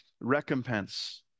recompense